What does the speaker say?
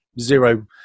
zero